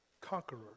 Conqueror